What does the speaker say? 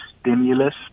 stimulus